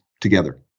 together